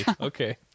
Okay